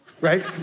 right